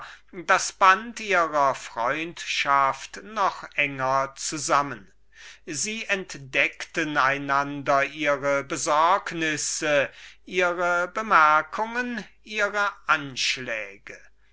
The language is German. das band ihrer freundschaft noch enger zusammen sie entdeckten einander ihre besorgnisse ihre bemerkungen ihre anschläge